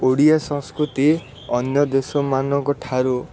ଓଡ଼ିଆ ସଂସ୍କୃତି ଅନ୍ୟଦେଶ ମାନଙ୍କଠାରୁ